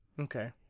Okay